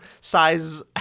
size